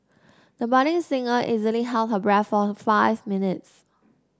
the budding singer easily held her breath for five minutes